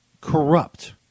corrupt